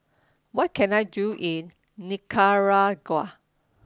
what can I do in Nicaragua